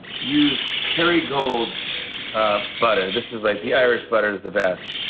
use kerrygold ah butter. this is like the irish butter is the best,